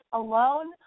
alone